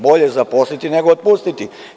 Bolje zaposliti nego otpustiti.